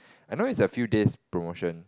I know is a few days promotion